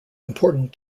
important